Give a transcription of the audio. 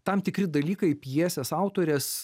tam tikri dalykai pjesės autorės